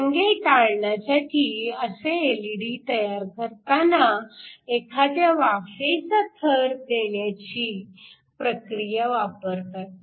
व्यंगे टाळण्यासाठी असे एलईडी तयार करताना एखाद्या वाफेचा थर देण्याची प्रक्रिया वापरतात